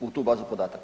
u tu bazu podataka?